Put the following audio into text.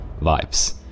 vibes